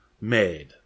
made